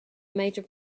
major